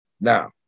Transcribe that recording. now